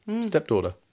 Stepdaughter